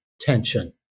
tension